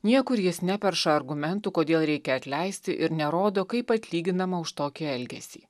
niekur jis neperša argumentų kodėl reikia atleisti ir nerodo kaip atlyginama už tokį elgesį